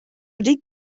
wedi